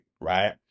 right